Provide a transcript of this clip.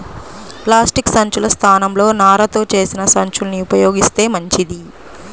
plastic సంచుల స్థానంలో నారతో చేసిన సంచుల్ని ఉపయోగిత్తే మంచిది